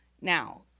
Now